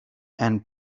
and